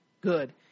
Good